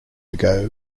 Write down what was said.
ago